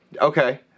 okay